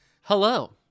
hello